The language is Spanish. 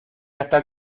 hasta